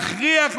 להכריח,